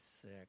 sick